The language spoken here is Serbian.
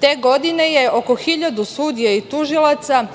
Te godine je oko 1.000 sudija i tužilaca